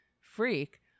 freak